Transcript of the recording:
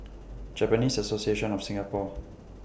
Japanese Association of Singapore